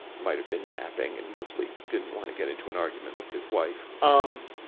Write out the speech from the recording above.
might have been napping and mostly didn't want to get into an argument with his wife, um,